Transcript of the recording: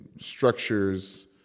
structures